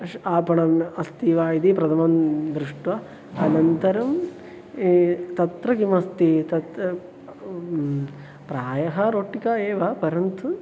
आपणम् अस्ति वा इति प्रथमं दृष्ट्वा अनन्तरं तत्र किमस्ति तत् प्रायः रोट्टिका एव परन्तु